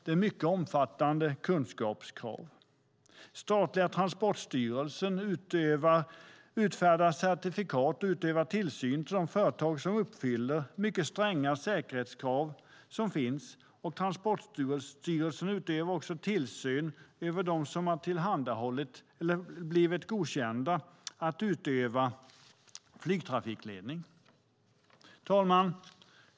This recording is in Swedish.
Det är mycket omfattande kunskapskrav. Statliga Transportstyrelsen utfärdar certifikat till företag och utövar tillsyn över de företag som uppfyller mycket de stränga säkerhetskrav som finns, och Transportstyrelsen utövar också tillsyn över dem som blivit godkända att utöva flygtrafikledning. Fru talman!